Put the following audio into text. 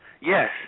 Yes